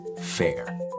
FAIR